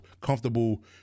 comfortable